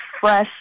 fresh